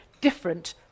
different